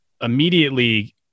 immediately